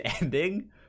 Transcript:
ending